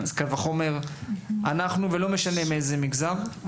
אז קל וחומר אנחנו ולא משנה מאיזה מגזר.